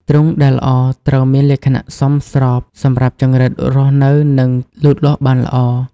ទ្រុងដែលល្អត្រូវមានលក្ខណៈសមស្របសម្រាប់ចង្រិតរស់នៅ និងលូតលាស់បានល្អ។